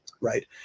Right